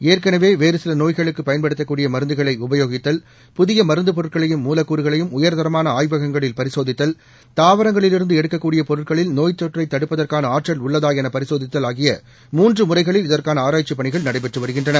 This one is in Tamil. ஏற்கனவேவேறுசிலநோய்களுக்குபயன்படுத்தக்கூடியமருந்துகளைஉபயோகித்தல் புதியமருந்தப் மூலக்கூறுகளையும் உயர்தரமானஆய்வகங்களில் பரிசோதித்தல் பொருட்களையும் தாவரங்களில் இருந்துஎடுக்க்கூடியபொருட்களில் நோய்த்தொற்றைதடுப்பதற்கானஆற்றல் உள்ளதாஎனபரிசோதித்தல் ஆகிய மூன்றுமுறைகளில் இதற்கானஆராய்ச்சிபணிகள் நடைபெற்றுவருகின்றன